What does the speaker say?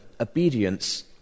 obedience